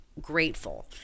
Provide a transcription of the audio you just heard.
grateful